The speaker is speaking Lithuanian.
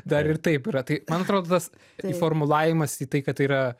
dar ir taip yra tai man atrodo tas įformulavimas į tai kad tai yra